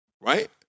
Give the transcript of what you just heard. right